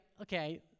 Okay